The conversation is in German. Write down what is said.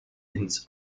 ins